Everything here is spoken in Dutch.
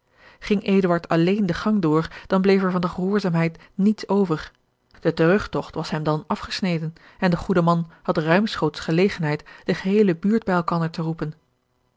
eduard alleen den gang door dan bleef er van de gehoorzaamheid niets over de terugtogt was hem dan afgesneden en de goede man had ruimschoots gelegenheid de geheele buurt bij elkander te roepen